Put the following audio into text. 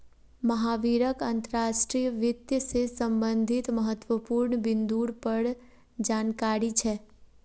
महावीरक अंतर्राष्ट्रीय वित्त से संबंधित महत्वपूर्ण बिन्दुर पर जानकारी छे